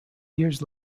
years